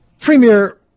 Premier